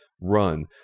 run